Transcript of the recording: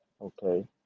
okay